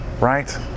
right